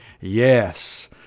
Yes